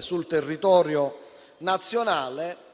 sul territorio nazionale.